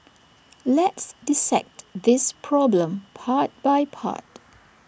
let's dissect this problem part by part